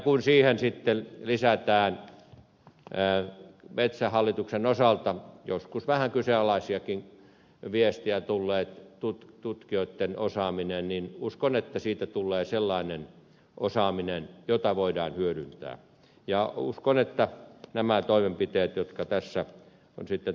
kun siihen sitten lisätään metsähallituksen osalta joskus vähän kyseenalaisiakin viestejä lähettäneiden tutkijoitten osaaminen uskon että siitä tulee sellainen osaaminen jota voidaan hyödyntää ja uskon että nämä toimenpiteet jotka tässä ovat sitten tulevat toimimaan